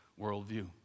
worldview